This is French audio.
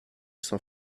sans